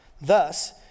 Thus